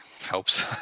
helps